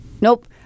Nope